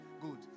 good